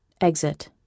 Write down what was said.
Exit